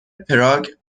پراگ